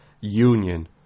union